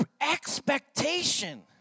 expectation